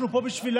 אנחנו פה בשבילם.